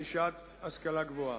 רכישת השכלה גבוהה.